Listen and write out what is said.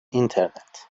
i̇nternet